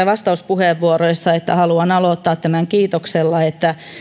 vastauspuheenvuoroissani että haluan aloittaa tämän kiitoksella siitä että